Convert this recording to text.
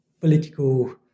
Political